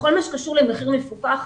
בכל מה שקשור למחיר מפוקח,